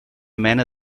mena